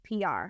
PR